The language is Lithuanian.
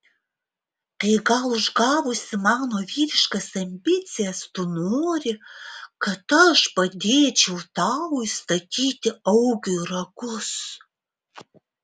tai gal užgavusi mano vyriškas ambicijas tu nori kad aš padėčiau tau įstatyti augiui ragus